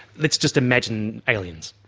let's just imagine aliens.